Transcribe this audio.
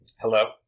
Hello